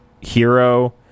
hero